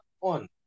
on